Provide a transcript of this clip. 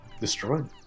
Destroyed